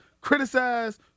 criticize